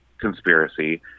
conspiracy